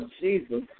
Jesus